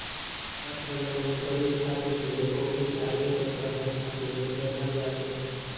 छात्र लोन गरीब छात्र के ओकरी आगे के पढ़ाई खातिर देहल जात हवे